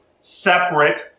separate